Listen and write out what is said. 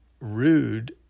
rude